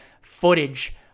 footage